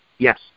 Yes